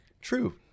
True